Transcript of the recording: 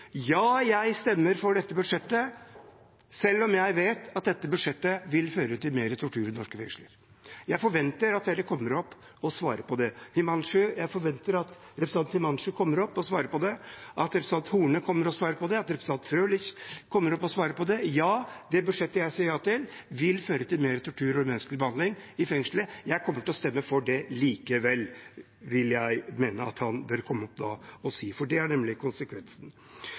Ja, jeg stemmer for dette budsjettet, selv om jeg vet at dette budsjettet vil føre til mer tortur i norske fengsler. Jeg forventer at de kommer opp og svarer på det. Jeg forventer at representanten Himanshu kommer opp og svarer på det, at representanten Horne kommer opp og svarer på det, og at representanten Frølich kommer opp og svarer på det – at det budsjettet de sier ja til, vil føre til mer tortur og umenneskelig behandling i fengslene, og de kommer til å stemme for det likevel. Det er nemlig konsekvensen.